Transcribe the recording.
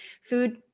food